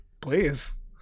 Please